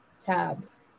tabs